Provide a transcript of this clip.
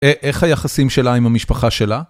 איך היחסים שלה עם המשפחה שלה?